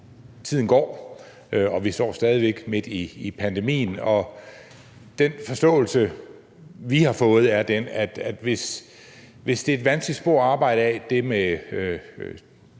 tiden går, og vi står stadig væk midt i pandemien. Den forståelse, vi har fået, er, at det med europæisk enighed er et vanskeligt spor at gå ad, og det må